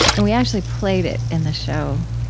and we actually played it in the show.